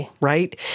Right